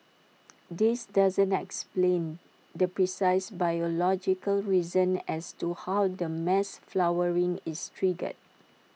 this doesn't explain the precise biological reason as to how the mass flowering is triggered